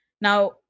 Now